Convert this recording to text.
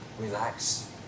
Relax